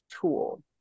tool